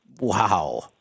Wow